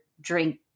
drink